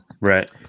Right